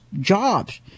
jobs